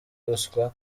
ubuswa